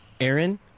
Aaron